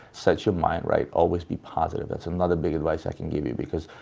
set your mind right. always be positive. it's another big advice i can give you because.